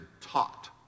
taught